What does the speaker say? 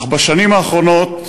אך בשנים האחרונות,